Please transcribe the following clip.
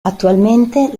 attualmente